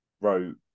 wrote